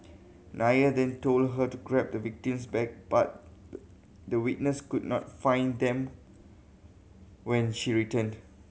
Nair then told her to grab the victim's bag but the the witness could not find them when she returned